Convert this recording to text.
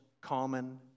common